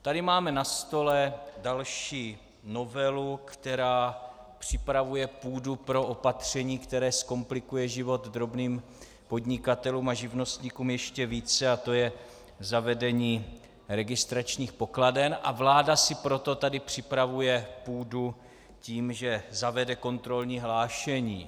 Tady máme na stole další novelu, která připravuje půdu pro opatření, které zkomplikuje život drobným podnikatelům a živnostníkům ještě více, a to je zavedení registračních pokladen, a vláda si pro to tady připravuje půdu tím, že zavede kontrolní hlášení.